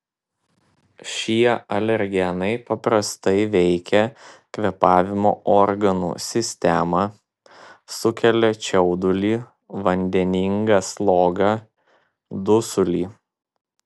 šie alergenai paprastai veikia kvėpavimo organų sistemą sukelia čiaudulį vandeningą slogą dusulį